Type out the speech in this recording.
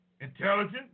Intelligent